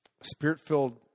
spirit-filled